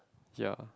ya